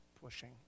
pushing